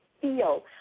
feel